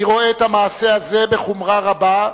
אני רואה את המעשה הזה בחומרה רבה,